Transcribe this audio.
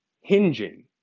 hinging